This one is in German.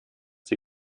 sie